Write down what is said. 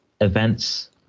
events